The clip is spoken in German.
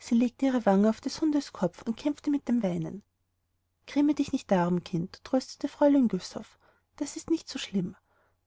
sie legte ihre wange auf des hundes kopf und kämpfte mit dem weinen gräme dich nicht darum kind tröstete fräulein güssow das ist nicht so schlimm